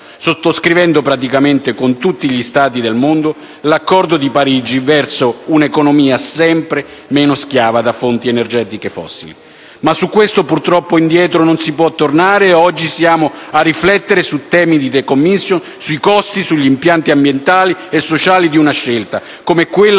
sottoscrivendo, praticamente con tutti gli Stati del mondo, l'Accordo di Parigi verso un'economia sempre meno schiava di fonti energetiche fossili. Su questo però, purtroppo, non si può tornare indietro e oggi ci troviamo a riflettere sui tempi del *decommissioning*, sui costi, sugli impatti ambientali e sociali di una scelta, come quella